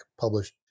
published